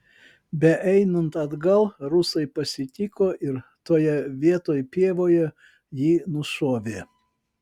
beeinant atgal rusai pasitiko ir toje vietoj pievoje jį nušovė